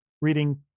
Reading